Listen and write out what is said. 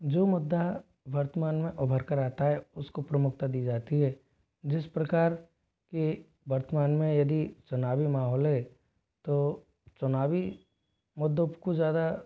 जो मुद्दा वर्तमान में उभर कर आता है उसको प्रमुखता दी जाती है जिस प्रकार के वर्तमान में यदि चुनावी माहौल है तो चुनावी मुद्दों को ज़्यादा